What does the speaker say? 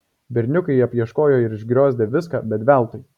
berniukai apieškojo ir išgriozdė viską bet veltui